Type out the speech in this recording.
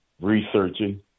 researching